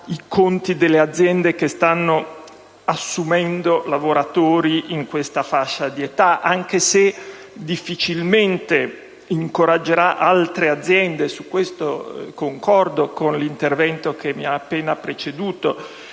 i conti delle aziende che stanno assumendo lavoratori in questa fascia di età (anche se difficilmente incoraggerà altre aziende - su questo concordo con la senatrice Blundo - a fare altrettanto